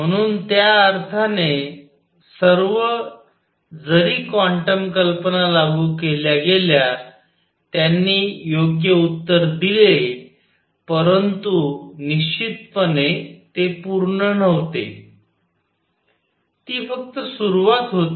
म्हणून त्या अर्थाने सर्व जरी क्वांटम कल्पना लागू केल्या गेल्या त्यांनी योग्य उत्तर दिले परंतु निश्चितपणे ते पूर्ण नव्हते ती फक्त सुरुवात होती